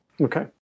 Okay